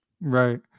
Right